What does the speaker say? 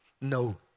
No